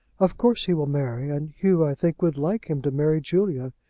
of course he will marry, and hugh, i think, would like him to marry julia.